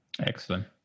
Excellent